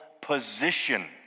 position